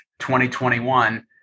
2021